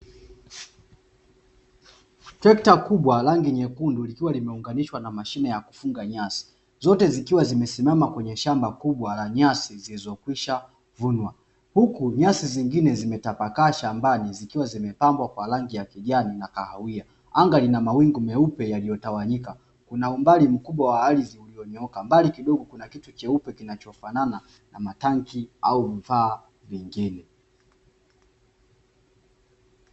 Trekata kubwa la rangi nyekundu likiwa limeunganishwa na mashine ya kufunga nyasi zote zikiwa zimesimama kwenye shamba kubwa la nyasi zilizokwisha vunwa, huku nyasi zingine zimetapaka shambani zikiwa zimepangwa kwa rangi ya kijani na kahawia. Anga lina mawingu meupe yaliyotawanyika kuna umbali mkubwa wa ardhi ulionyooka, mbali kidogo kuna kitu cheupe kinachofanana na matanki au vifaa vingine.